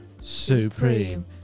supreme